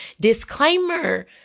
disclaimer